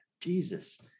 Jesus